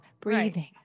Breathing